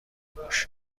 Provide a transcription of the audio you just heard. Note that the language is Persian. موش